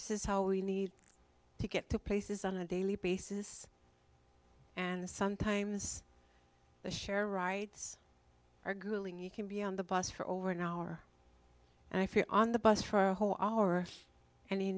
says how we need to get to places on a daily basis and the sometimes the share rides are grueling you can be on the bus for over an hour and i fear on the bus for a whole hour and you